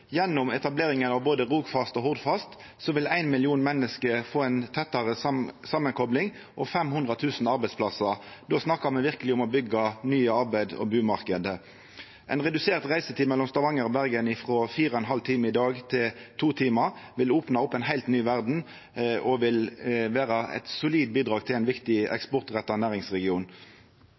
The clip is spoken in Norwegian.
Gjennom etableringa av både Rogfast og Hordfast vil ein million menneske få ei tettare samankopling og 500 000 arbeidsplassar. Då snakkar me verkeleg om å byggja nye arbeids- og bumarknader. Redusert reisetid mellom Stavanger og Bergen, frå 4,5 timar i dag til 2 timar, vil opna opp ei heilt ny verd og vil vera eit solid bidrag til ein viktig eksportretta næringsregion.